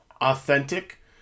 authentic